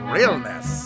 Realness